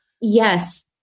Yes